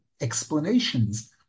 explanations